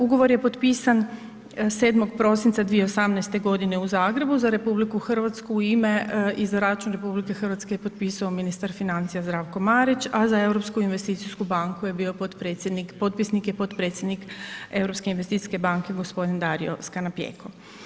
Ugovor je potpisan 7. prosinca 2018. godine u Zagrebu za RH u ime i za račun RH je potpisao ministar financija Zdravko Marić, a za Europsku investiciju banku je bio potpredsjednik, potpisnik je potpredsjednik Europske investicije banke gospodin Dario Scannapieco.